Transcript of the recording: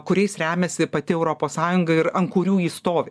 kuriais remiasi pati europos sąjunga ir ant kurių ji stovi